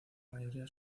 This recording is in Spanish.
mayoría